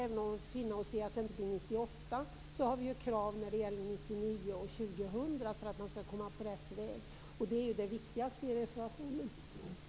Även om vi får finna oss i att det inte blir 1998 har vi krav gällande 1999 och 2000, för att man skall komma på rätt väg. Det är det viktigaste i reservationen.